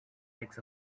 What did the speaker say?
makes